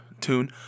tune